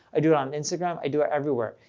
i do it on instagram, i do it everywhere.